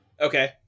Okay